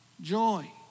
joy